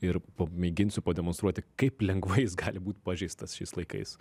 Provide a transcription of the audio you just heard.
ir pamėginsiu pademonstruoti kaip lengvai jis gali būt pažeistas šiais laikais